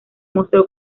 mostró